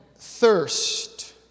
thirst